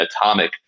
Atomic